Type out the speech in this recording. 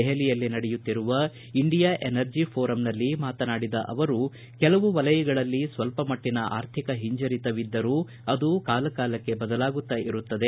ದೆಹಲಿಯಲ್ಲಿ ನಡೆಯುತ್ತಿರುವ India energy ಫೋರಂನಲ್ಲಿ ಮಾತನಾಡಿದ ಅವರು ಕೆಲವು ವಲಯಗಳಲ್ಲಿ ಸ್ವಲ್ಪ ಮಟ್ಟನ ಆರ್ಥಿಕ ಹಿಂಜರಿತವಿದ್ದರೂ ಅದು ಕಾಲ ಕಾಲಕ್ಕೆ ಬದಲಾಗುತ್ತಾ ಇರುತ್ತದೆ